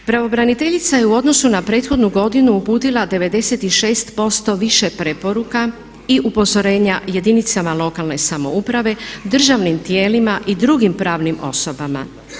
Pravobraniteljica je u odnosu na prethodnu godinu uputila 96% više preporuka i upozorenja jedinicama lokalne samouprave, državnim tijelima i drugim pravnim osobama.